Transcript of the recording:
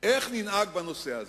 איך ננהג בנושא הזה.